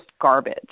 garbage